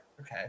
okay